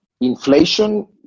Inflation